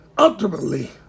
ultimately